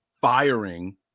firing